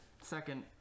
second